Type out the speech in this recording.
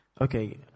okay